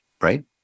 right